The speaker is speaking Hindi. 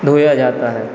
धोया जाता है